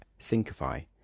Syncify